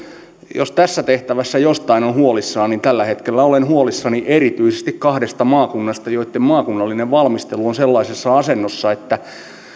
jos tässä tehtävässä jostain on huolissaan niin tällä hetkellä olen huolissani erityisesti kahdesta maakunnasta joitten maakunnallinen valmistelu on sellaisessa asennossa että